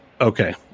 Okay